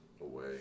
away